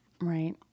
Right